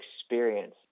experience